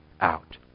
out